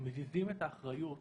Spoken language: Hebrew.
מזיזים את האחריות